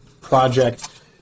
project